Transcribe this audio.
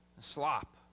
Slop